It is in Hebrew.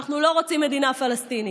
אנחנו לא רוצים מדינה פלסטינית.